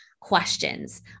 questions